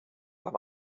beim